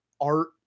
art